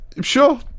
sure